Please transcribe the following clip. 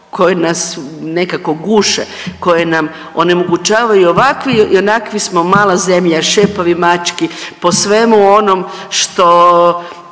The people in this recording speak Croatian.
koje nas nekako guše, koje nam onemogućavaju i ovakvi i onakvi smo mala zemlja, šepavi mački po svemu onom što,